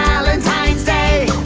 hal-entine's day